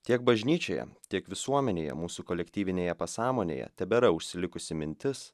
tiek bažnyčioje tiek visuomenėje mūsų kolektyvinėje pasąmonėje tebėra užsilikusi mintis